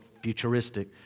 futuristic